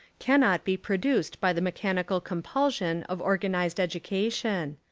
cannot be produced by the mechanical compul sion of organised education.